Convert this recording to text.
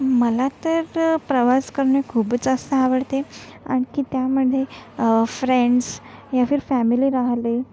मला तर प्रवास करणे खूपच जास्त आवडते आणखी त्यामध्ये फ्रेंड्स या फिर फॅमिली राहिली